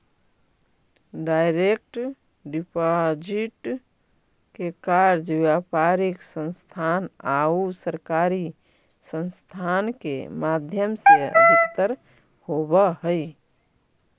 direct deposit के कार्य व्यापारिक संस्थान आउ सरकारी संस्थान के माध्यम से अधिकतर होवऽ हइ